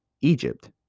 Egypt